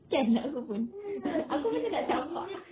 kan aku pun aku pun macam nak campak